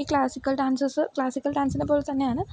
ഈ classical dances classical ഡാൻസിനെപ്പോലെ തന്നെയാണ്